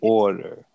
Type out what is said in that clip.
order